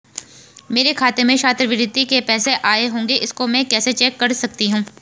मेरे खाते में छात्रवृत्ति के पैसे आए होंगे इसको मैं कैसे चेक कर सकती हूँ?